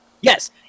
Yes